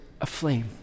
aflame